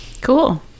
Cool